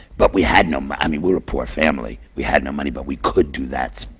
but we had no money. i mean, we were a poor family. we had no money, but we could do that.